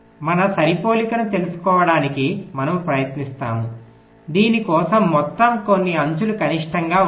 మన సరిపోలికను తెలుసుకోవడానికి మనము ప్రయత్నిస్తాము దీని కోసం మొత్తం కొన్ని అంచులు కనిష్టంగా ఉంటాయి